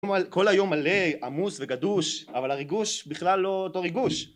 כל היום מלא עמוס וגדוש, אבל הריגוש בכלל לא אותו ריגוש